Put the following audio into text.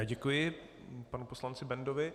Děkuji panu poslanci Bendovi.